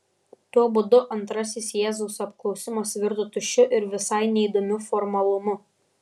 tuo būdu antrasis jėzaus apklausimas virto tuščiu ir visai neįdomiu formalumu